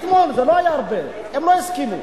הם לא הסכימו.